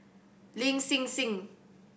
Lin Hsin Hsin